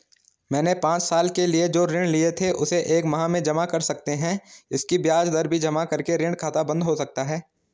मैंने पांच साल के लिए जो ऋण लिए थे उसे एक माह में जमा कर सकते हैं इसकी ब्याज दर भी जमा करके ऋण खाता बन्द हो सकता है?